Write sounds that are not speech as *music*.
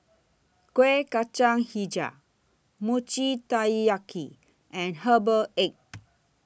Kuih Kacang Hijau Mochi Taiyaki and Herbal Egg *noise*